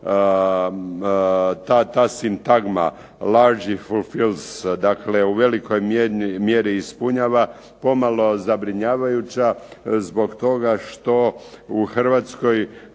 ne razumije se./... Dakle u velikoj mjeri ispunjava, pomalo zabrinjavajuća zbog toga što u Hrvatskoj